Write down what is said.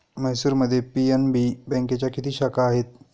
म्हैसूरमध्ये पी.एन.बी बँकेच्या किती शाखा आहेत?